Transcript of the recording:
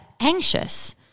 anxious